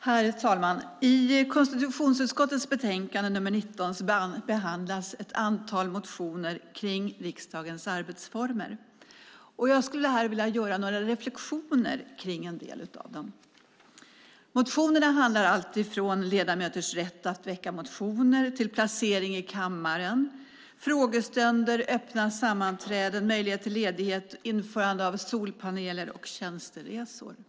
Herr talman! I konstitutionsutskottets betänkande nr 19 behandlas ett antal motioner kring riksdagens arbetsformer, och jag skulle här vilja göra några reflexioner kring en del av dem. Motionerna behandlar alltifrån ledamöters rätt att väcka motioner till placering i kammaren, frågestunder, öppna sammanträden, möjlighet till ledighet, tjänsteresor och införande av solpaneler.